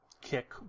kick